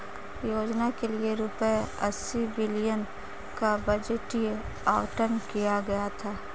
योजना के लिए रूपए अस्सी बिलियन का बजटीय आवंटन किया गया था